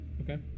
Okay